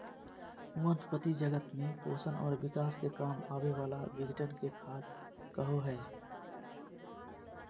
वनस्पती जगत में पोषण और विकास के काम आवे वाला विघटन के खाद कहो हइ